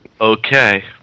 Okay